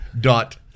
dot